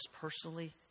personally